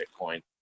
bitcoin